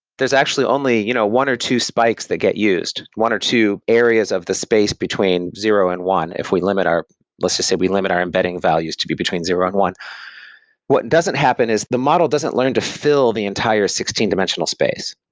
there's actually only you know one or two spikes that get used, one or two areas of the space between zero and one, if we limit our let's just say we limit our embedding values to be between zero and one point what and doesn't happen is the model doesn't learn to fill the entire sixteen dimensional space,